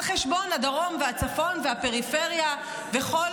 על חשבון הדרום והצפון והפריפריה וכל